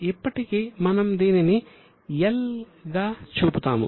ఇప్పటికీ మనం దీనిని 'L' చూపుతున్నాము